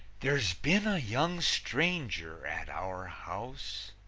there's been a young stranger at our house,